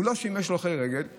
הוא לא שימש להולכי רגל,